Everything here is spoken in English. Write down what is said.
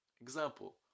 Example